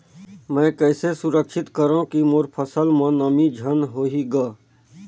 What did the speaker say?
मैं कइसे सुरक्षित करो की मोर फसल म नमी झन होही ग?